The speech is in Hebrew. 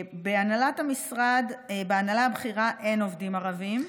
בהנהלת המשרד, בהנהלה הבכירה, אין עובדים ערבים,